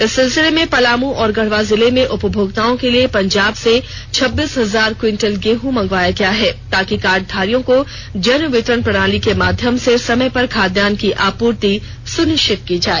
इस सिलसिले में पलामू और गढ़वा जिले में उपभोक्ताओं के लिए पंजाब से छब्बीस हजार क्विंटल गेहूं मंगवाया गया है ताकि कार्ड धारियों को जन वितरण प्रणाली के माध्यम से समय पर खाद्यान्न की आपूर्ति सुनिष्वित की जाय